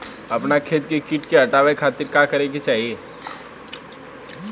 अपना खेत से कीट के हतावे खातिर का करे के चाही?